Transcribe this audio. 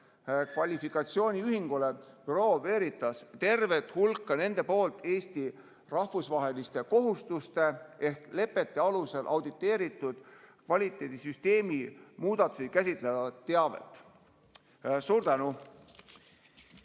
klassifikatsiooniühingule Bureau Veritas (BV) tervet hulka nende poolt Eesti rahvusvaheliste kohustuste ehk lepete alusel auditeeritud kvaliteedisüsteemi muudatusi käsitlevat teavet?" Suur tänu!